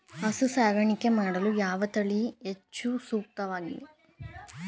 ಹಸು ಸಾಕಾಣಿಕೆ ಮಾಡಲು ಯಾವ ತಳಿ ಹೆಚ್ಚು ಸೂಕ್ತವಾಗಿವೆ?